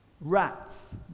rats